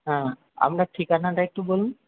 হ্যাঁ আপনার ঠিকানাটা একটু বলুন